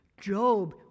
Job